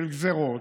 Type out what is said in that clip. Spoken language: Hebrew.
של גזרות,